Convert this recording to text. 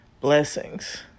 Blessings